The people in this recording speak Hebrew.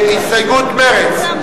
הסתייגות מרצ.